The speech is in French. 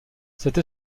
cette